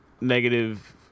negative